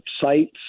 sites